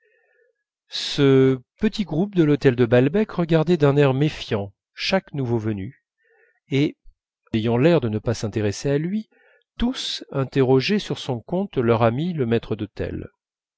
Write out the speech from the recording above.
ce petit groupe de l'hôtel de balbec regardait d'un air méfiant chaque nouveau venu et ayant l'air de ne pas s'intéresser à lui tous interrogeaient sur son compte leur ami le maître d'hôtel